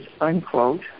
unquote